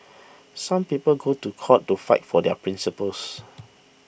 some people go to court to fight for their principles